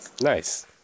Nice